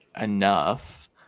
enough